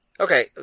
okay